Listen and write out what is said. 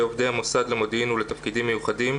עובדי המוסד למודיעין ולתפקידים מיוחדים,